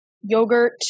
yogurt